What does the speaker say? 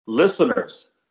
Listeners